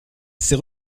ces